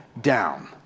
down